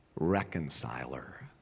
Reconciler